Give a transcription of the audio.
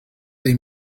they